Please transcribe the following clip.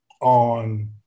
on